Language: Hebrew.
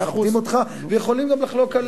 אנחנו מכבדים אותך ויכולים גם לחלוק על